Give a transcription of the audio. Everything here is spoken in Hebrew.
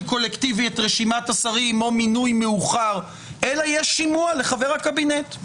קולקטיבי את רשימת השרים או מינוי מאוחר אלא יש שימוע לחבר הקבינט.